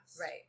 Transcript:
Right